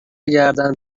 گردن